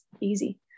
easy